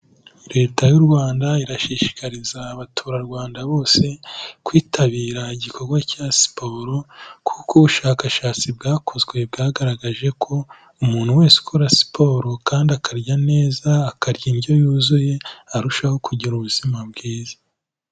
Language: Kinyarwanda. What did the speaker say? Leta y'u Rwanda irashishikariza abaturarwanda bose, kwitabira igikorwa cya siporo, kuko ubushakashatsi bwakozwe bwagaragaje ko umuntu wese ukora siporo kandi akarya neza akarya indyo yuzuye, arushaho kugira ubuzima bwiza.